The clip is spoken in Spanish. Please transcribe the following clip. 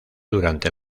durante